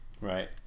Right